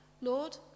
Lord